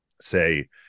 say